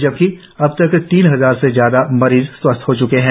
जबकि अब तक तीन हजार से ज्यादा मरीज स्वस्थ हो च्के है